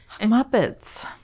Muppets